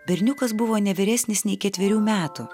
berniukas buvo ne vyresnis nei ketverių metų